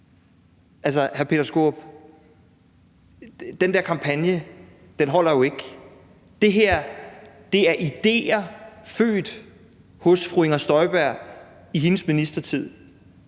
Altså, hr. Peter Skaarup, den der kampagne holder jo ikke. Det her er idéer, der er født hos fru Inger Støjberg i hendes ministertid,